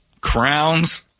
crowns